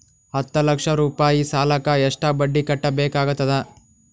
ಹತ್ತ ಲಕ್ಷ ರೂಪಾಯಿ ಸಾಲಕ್ಕ ಎಷ್ಟ ಬಡ್ಡಿ ಕಟ್ಟಬೇಕಾಗತದ?